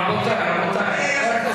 רגע, רבותי, רבותי.